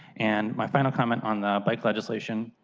and my final comment on the big legislation,